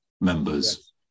members